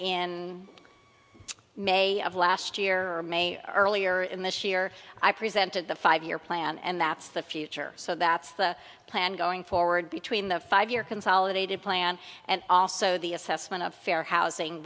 in may of last year or maybe earlier in this year i presented the five year plan and that's the future so that's the plan going forward between the five year consolidated plan and also the assessment of fair housing